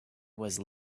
was